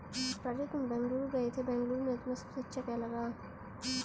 राजू तुम बेंगलुरु गए थे बेंगलुरु में तुम्हें सबसे अच्छा क्या लगा?